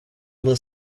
was